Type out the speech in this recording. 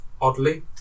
Oddly